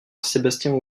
sébastien